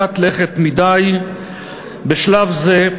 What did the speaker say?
מרחיקת לכת מדי בשלב זה,